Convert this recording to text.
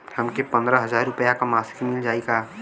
हमके पन्द्रह हजार रूपया क मासिक मिल जाई का?